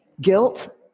guilt